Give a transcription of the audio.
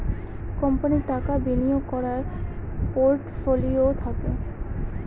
কোম্পানির টাকা বিনিয়োগ করার পোর্টফোলিও থাকে